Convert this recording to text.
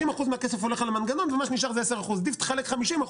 90% מהכסף הולך על המנגנון ומה שנשאר זה 10%. אם תחלק 50%,